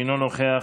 אינו נוכח,